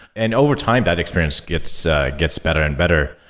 and overtime, that experience gets ah gets better and better.